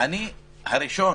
אני הראשון